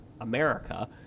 America